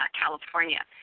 California